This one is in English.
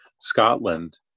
Scotland